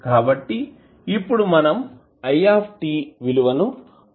కాబట్టి ఇప్పుడు మనం i విలువ ని పొందాము